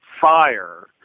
fire